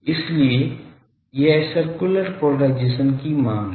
इसलिए यह circular polarisation की मांग है